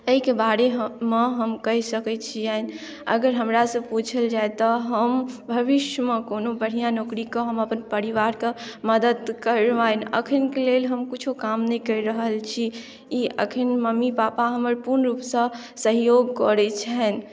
ऐहिके बारेमे हम कहि सकै छियै अगर हमरा सॅं पुछल जाए तऽ हम भविष्यमे कोनो बढ़िऑं नौकरी कऽ हम अपन परिवारक मदद करबनि अखनकेँ लेल हम किछो काम नहि कऽ रहल छी ई अखन मम्मी पापा हमर पुर्णरुपसँ सहयोग करै छथिन